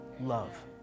love